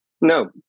no